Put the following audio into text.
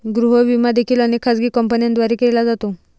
गृह विमा देखील अनेक खाजगी कंपन्यांद्वारे केला जातो